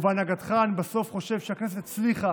ובהנהגתך אני חושב שהכנסת הצליחה